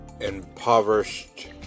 impoverished